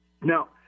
Now